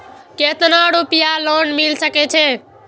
केतना रूपया लोन मिल सके छै?